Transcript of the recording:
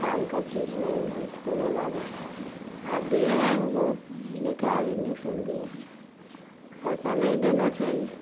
काम की चीज़ नहीं है इसको लेना बेकार है आप दिए हैं वह बहुत बेकार इण्डक्शन दिए हैं ऐसा नहीं देना चाहिए